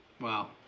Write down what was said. Wow